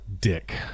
dick